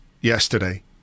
yesterday